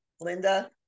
Linda